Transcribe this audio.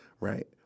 Right